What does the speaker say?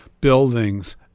buildings